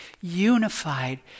unified